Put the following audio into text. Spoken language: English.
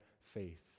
faith